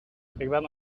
ben